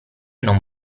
non